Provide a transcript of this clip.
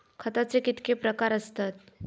खताचे कितके प्रकार असतत?